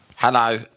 Hello